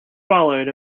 followed